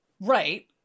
Right